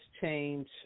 change